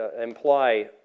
imply